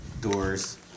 doors